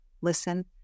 listen